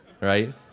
right